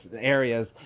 areas